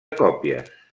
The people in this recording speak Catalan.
còpies